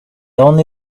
only